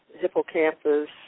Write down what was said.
hippocampus